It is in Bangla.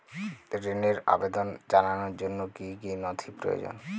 ঋনের আবেদন জানানোর জন্য কী কী নথি প্রয়োজন?